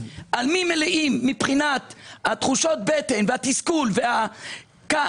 על מי מלאים מבחינת תחושות הבטן, התסכול והכעס?